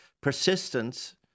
persistence